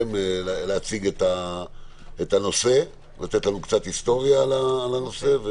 להציג את הנושא, לתת לנו קצת היסטוריה בנושא.